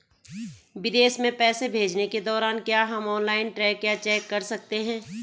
विदेश में पैसे भेजने के दौरान क्या हम ऑनलाइन ट्रैक या चेक कर सकते हैं?